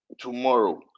tomorrow